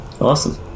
Awesome